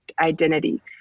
identity